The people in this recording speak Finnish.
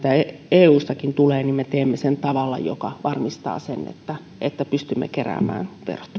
eustakin tulee me teemme sen tavalla joka varmistaa sen että pystymme keräämään